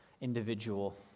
individual